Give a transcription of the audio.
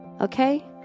okay